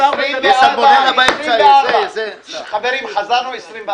24 זה --- חברים, חזרנו ל-24.